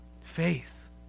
Faith